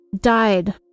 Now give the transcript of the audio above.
died